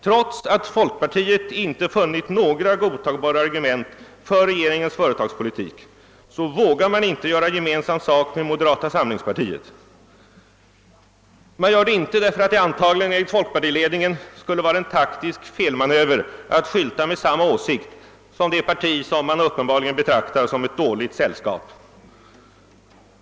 Trots att folkpartiet inte funnit några godtagbara argument för regeringens företagspolitik vågar man inte göra gemensam sak med moderata samlingspartiet — det vore antagligen enligt folkpartiledningen en taktisk felmanöver att skylta med samma åsikt som detta parti, vilket man betraktar som ett dåligt sällskap.